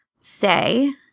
say